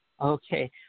Okay